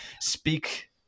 speak